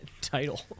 title